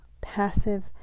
passive